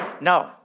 No